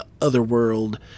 otherworld